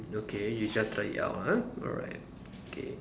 okay you just try it out ah alright okay